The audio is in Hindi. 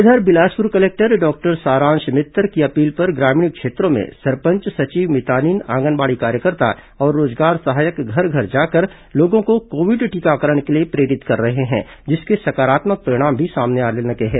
इधर बिलासपुर कलेक्टर डॉक्टर सारांश मित्तर की अपील पर ग्रामीण क्षेत्रों में सरपंच सचिव मितानिन आंगनबाड़ी कार्यकर्ता और रोजगार सहायक घर घर जाकर लोगों को कोविड टीकाकरण के लिये प्रेरित कर रहे हैं जिसके सकारात्मक परिणाम भी सामने आने लगे हैं